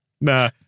Nah